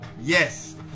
yes